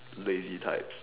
lazy type